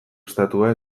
estatua